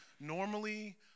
normally